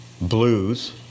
blues